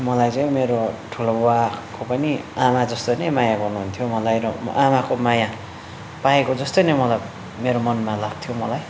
मलाई चाहिँ मेरो ठुलो बुवाको पनि आमा जस्तो नै माया गर्नुहुन्थ्यो मलाई र आमाको माया पाएँको जस्तो नै मलाई मेरो मनमा लाग्थ्यो मलाई